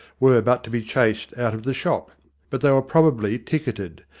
were but to be chased out of the shop but they were probably ticketed,